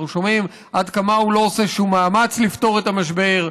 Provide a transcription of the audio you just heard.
אנחנו שומעים עד כמה הוא לא עושה שום מאמץ לפתור את המשבר,